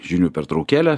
žinių pertraukėlę